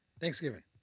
Thanksgiving